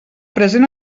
present